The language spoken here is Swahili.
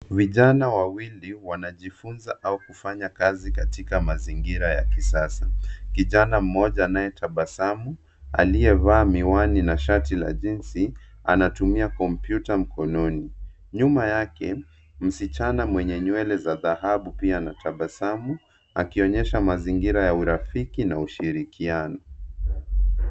Vijana wawili wanajifunza au kufanya kazi katika mazingira ya kisasa. Kijana moja anayetabasamu aliyevaa miwani na shati la jinsi anatumia kompyuta mkononi. Nyuma yake msichana mwenye nywele za dhahabu pia anatabasamu akionyesha mazingira urafiki na ushirikiano